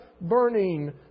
burning